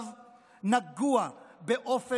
נגוע באופן יסודי